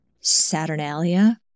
Saturnalia